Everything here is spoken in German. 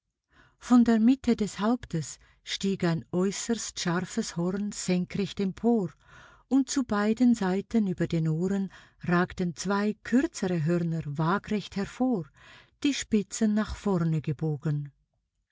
von der mitte des hauptes stieg ein äußerst scharfes horn senkrecht empor und zu beiden seiten über den ohren ragten zwei kürzere hörner wagrecht hervor die spitzen nach vorne gebogen